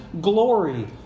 glory